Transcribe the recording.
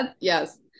Yes